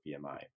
BMI